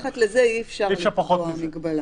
מתחת לזה אי אפשר לקבוע מגבלה.